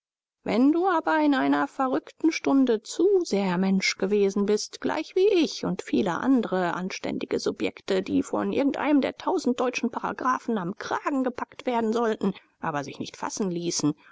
wenn du aber in einer verrückten stunde zu sehr mensch gewesen bist gleichwie ich und viele andre anständige subjekte die von irgendeinem der tausend deutschen paragraphen am kragen gepackt werden sollten aber sich nicht fassen ließen